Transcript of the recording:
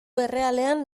errealean